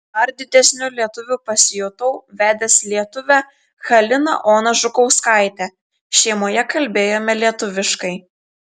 dar didesniu lietuviu pasijutau vedęs lietuvę haliną oną žukauskaitę šeimoje kalbėjome lietuviškai